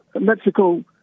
Mexico